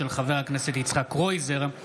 של חבר הכנסת יצחק קרויזר,